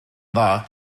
dda